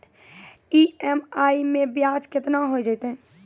EMI मैं ब्याज केतना हो जयतै?